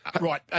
Right